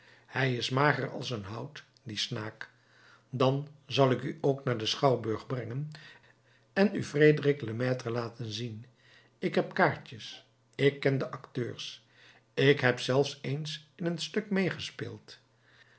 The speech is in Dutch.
hij is mager als een hout die snaak dan zal ik u ook naar den schouwburg brengen en u frederik lemaitre laten zien ik heb kaartjes ik ken de acteurs ik heb zelf eens in een stuk meêgespeeld